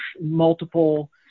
multiple